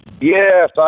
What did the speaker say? Yes